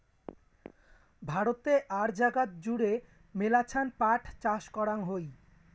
ভারতে আর জাগাত জুড়ে মেলাছান পাট চাষ করাং হই